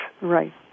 Right